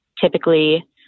typically